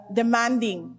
demanding